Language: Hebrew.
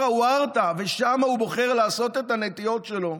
עוורתא ושם הוא בוחר לעשות את הנטיעות שלו,